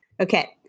Okay